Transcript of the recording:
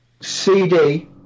CD